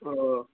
اوہ